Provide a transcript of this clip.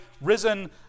risen